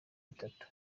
bitatu